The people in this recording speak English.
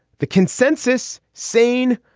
the consensus sane,